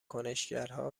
کنشگرها